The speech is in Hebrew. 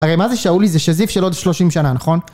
הרי מה זה שאולי זה שזיף של עוד 30 שנה, נכון?